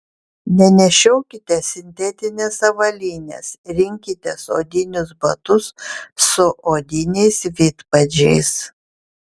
nenešiokite sintetinės avalynės rinkitės odinius batus su odiniais vidpadžiais